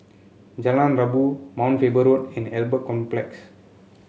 Jalan Rabu Mount Faber Road and Albert Complex